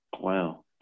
Wow